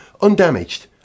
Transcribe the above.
undamaged